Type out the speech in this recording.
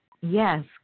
Yes